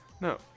No